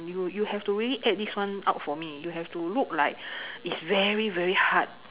you you have to really act this one out for me you have to look like it's very very hard